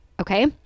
okay